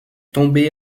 tombé